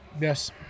Yes